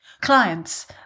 clients